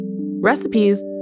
Recipes